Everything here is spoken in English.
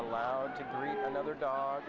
allowed to another dog